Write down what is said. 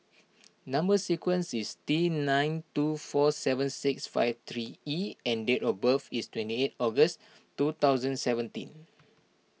Number Sequence is T nine two four seven six five three E and date of birth is twenty eight August two thousand seventeen